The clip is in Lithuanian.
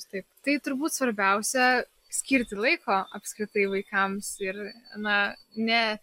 taip tai turbūt svarbiausia skirti laiko apskritai vaikams ir na ne